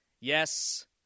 Yes